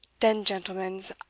den, gentlemens,